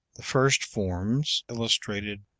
the first forms, illustrated